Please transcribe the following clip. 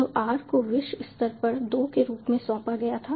तो r को विश्व स्तर पर 2 के रूप में सौंपा गया था